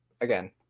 again